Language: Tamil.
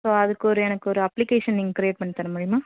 ஸோ அதுக்கு ஒரு எனக்கு ஒரு அப்ளிகேஷன் நீங்கள் க்ரியேட் பண்ணித் தர முடியுமா